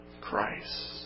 Christ